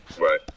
Right